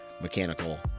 mechanical